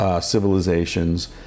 civilizations